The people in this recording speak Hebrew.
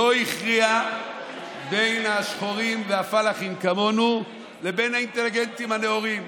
לא הכריע בין השחורים והפלאחים כמונו לבין האינטליגנטים הנאורים.